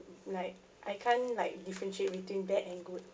like I can't like differentiate between bad and good